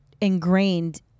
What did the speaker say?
ingrained